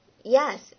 Yes